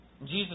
Jesus